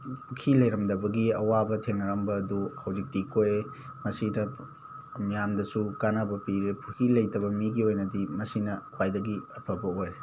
ꯄꯨꯈꯤ ꯂꯩꯔꯝꯗꯕꯅꯤ ꯑꯋꯥꯕ ꯊꯦꯡꯅꯔꯝꯕ ꯑꯗꯨ ꯍꯧꯖꯤꯛꯇꯤ ꯑꯩꯈꯣꯏ ꯃꯁꯤꯗ ꯃꯌꯥꯝꯗꯁꯨ ꯀꯥꯟꯅꯕ ꯄꯤꯔꯦ ꯄꯨꯈꯤ ꯂꯩꯇꯕ ꯃꯤꯒꯤ ꯑꯣꯏꯅꯗꯤ ꯃꯁꯤꯅ ꯈ꯭ꯋꯥꯏꯗꯒꯤ ꯑꯐꯕ ꯑꯣꯏꯔꯦ